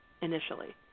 initially